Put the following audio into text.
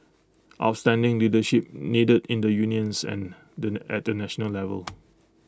outstanding leadership needed in the unions and the at the national level